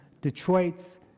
Detroit's